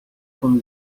con